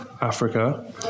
africa